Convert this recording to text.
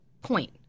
point